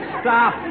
stop